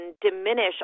diminish